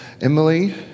Emily